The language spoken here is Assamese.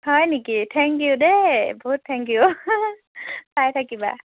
হয় নেকি থেংক ইউ দেই বহুত থেংক ইউ চাই থাকিবা